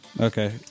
Okay